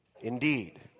indeed